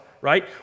right